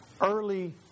early